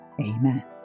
amen